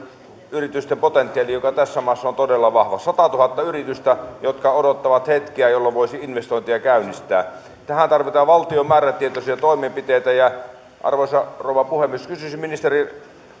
yritysten potentiaalin joka tässä maassa on todella vahva satatuhatta yritystä jotka odottavat hetkeä jolloin voisi investointia käynnistää tähän tarvitaan valtion määrätietoisia toimenpiteitä arvoisa rouva puhemies kysyisin